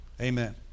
Amen